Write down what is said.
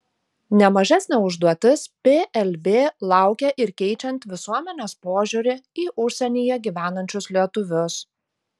ne mažesnė užduotis plb laukia ir keičiant visuomenės požiūrį į užsienyje gyvenančius lietuvius